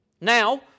Now